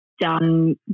done